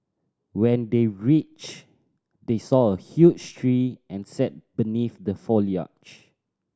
when they reached they saw a huge tree and sat beneath the foliage